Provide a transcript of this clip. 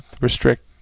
restrict